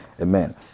Amen